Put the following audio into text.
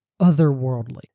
otherworldly